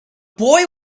boy